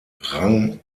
rang